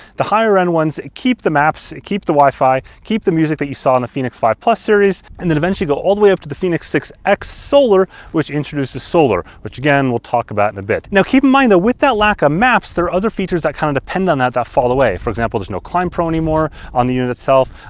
the higher end ones keep the maps, keep the wi-fi, keep the music that you saw in the fenix five plus series, and then eventually go all the way up to the fenix six x solar which introduces solar. which again we'll talk about in a bit. now, keep in mind that with that lack of ah maps, there are other features that kind of depend on that, that fall away. for example, there's no climb pro anymore on the unit itself,